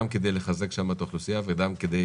גם כדי לחזק שם את האוכלוסייה וגם כדי